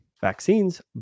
vaccines